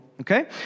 Okay